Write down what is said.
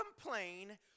complain